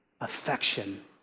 affection